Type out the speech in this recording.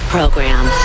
Program